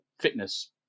fitness